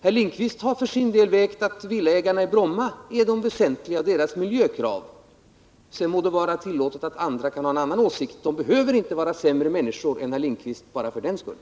Herr Lindkvist har för sin del gjort den avvägningen att miljökraven hos villaägarna i Bromma är det väsentligaste. Sedan må det vara tillåtet för andra att ha en annan åsikt. De behöver bara för den skull inte vara sämre människor än herr Lindkvist.